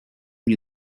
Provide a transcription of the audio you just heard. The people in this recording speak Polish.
nie